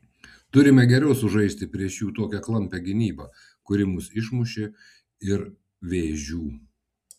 turime geriau sužaisti prieš jų tokią klampią gynybą kuri mus išmušė ir vėžių